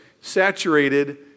saturated